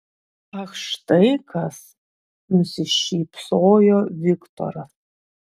ach štai kas nusišypsojo viktoras